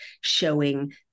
showing